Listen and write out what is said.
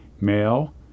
male